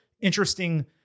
interesting